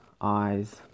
eyes